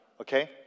okay